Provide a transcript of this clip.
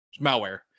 malware